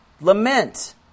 Lament